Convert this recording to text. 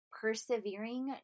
persevering